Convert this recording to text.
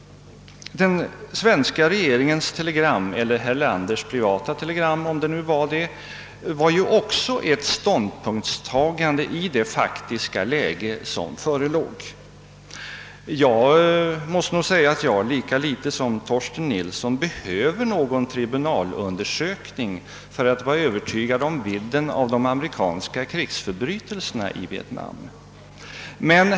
Den svenska regeringens telegram — eller möjligtvis herr Erlanders privattelegram — innebar också ett ståndpunktstagande i det faktiska läge som rådde, Jag behöver lika litet som Torsten Nilsson någon tribunalundersökning för att vara Övertygad om vidden av de amerikanska krigsförbrytelserna i Vietnam.